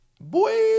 Boy